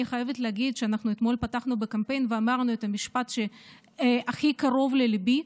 אני חייבת להגיד שאתמול פתחנו בקמפיין ואמרנו את המשפט שהכי קרוב לליבי: